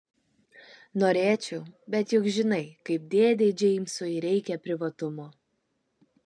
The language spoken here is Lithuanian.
norėčiau bet juk žinai kaip dėdei džeimsui reikia privatumo